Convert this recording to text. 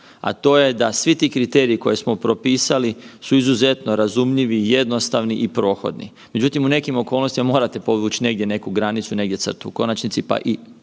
a to je da svi ti kriteriji koje smo propisali su izuzetno razumljivi i jednostavni i prohodni. Međutim, u nekim okolnostima morate podvuć negdje neku granicu i negdje crtu. U konačnici, pa i